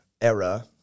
era